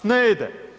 Ne ide.